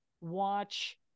watch